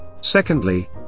Secondly